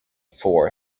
four